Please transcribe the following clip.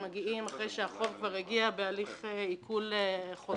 הם מגיעים אחרי שהחוב כבר הגיע בהליך עיקול חוזר ונשנה.